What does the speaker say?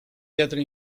teatro